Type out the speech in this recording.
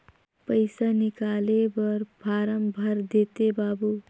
पइसा निकाले बर फारम भर देते बाबु?